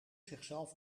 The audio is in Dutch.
zichzelf